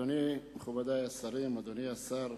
אדוני, מכובדי השרים, אדוני השר,